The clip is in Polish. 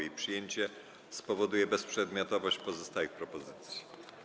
Jej przyjęcie spowoduje bezprzedmiotowość pozostałych propozycji.